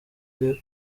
uri